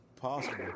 possible